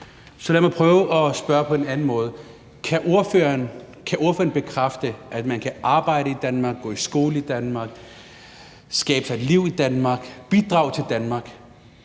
Så lad mig prøve at spørge på en anden måde: Kan ordføreren bekræfte, at man kan arbejde i Danmark, gå i skole i Danmark, skabe sig et liv i Danmark, bidrage til Danmark,